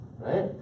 Right